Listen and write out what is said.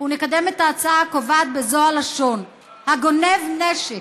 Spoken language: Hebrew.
ונקדם את ההצעה הקובעת בזו הלשון: "הגונב נשק,